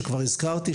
שכבר הזכרתי,